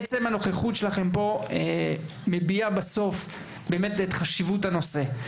עצם הנוכחות שלכם פה מביעה בסוף באמת את חשיבות הנושא.